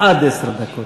עד עשר דקות.